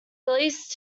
released